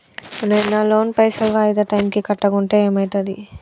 నేను నా లోన్ పైసల్ వాయిదా టైం కి కట్టకుంటే ఏమైతది?